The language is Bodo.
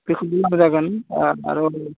बेखौबो लांजागोन आर'